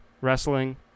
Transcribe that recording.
wrestling